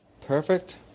Perfect